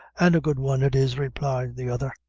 and a good one it is, replied the other,